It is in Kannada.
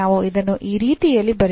ನಾವು ಇದನ್ನು ಈ ರೀತಿಯಲ್ಲಿ ಬರೆಯಬಹುದು